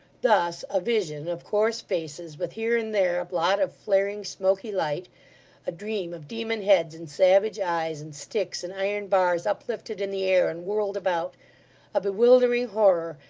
thus a vision of coarse faces, with here and there a blot of flaring, smoky light a dream of demon heads and savage eyes, and sticks and iron bars uplifted in the air, and whirled about a bewildering horror,